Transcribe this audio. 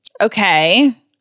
Okay